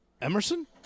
Emerson